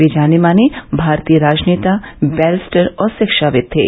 वे जाने माने भारतीय राजनेता बैरिस्टर और शिक्षाविद थे